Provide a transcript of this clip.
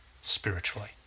spiritually